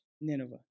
Nineveh